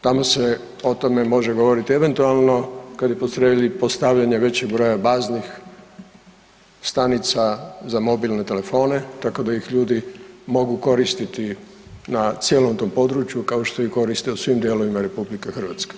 Tamo se o tome može govorit eventualno kad je posredi postavljanje većeg broja baznih stanica za mobilne telefone, tako da ih ljudi mogu koristiti na cijelom tom području kao što ih koriste u svim dijelovima RH.